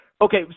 okay